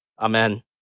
Amen